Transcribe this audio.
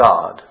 God